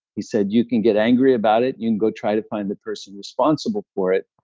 he said, you can get angry about it, you go try to find the person responsible for it,